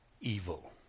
evil